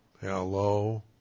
Hello